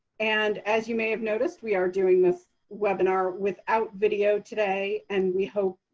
and as you may have noticed, we are doing this webinar without video today. and we hope